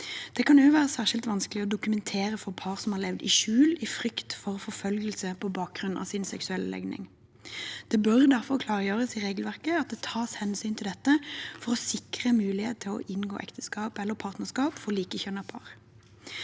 Det kan også være særskilt vanskelig å dokumentere for par som har levd i skjul, i frykt for forfølgelse på bakgrunn av sin seksuelle legning. Det bør derfor klargjøres i regelverket at det tas hensyn til dette for å sikre mulighet til å inngå ekteskap eller partnerskap for likekjønnede par.